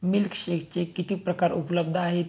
मिल्कशेकचे किती प्रकार उपलब्ध आहेत